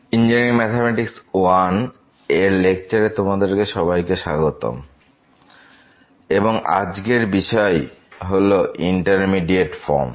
engineering mathematics I এর লেকচারে তোমাদের সবাইকে স্বাগতম এবং আজকের বিষয় হল ইন্ডিটারমিনেট ফর্ম